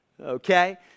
Okay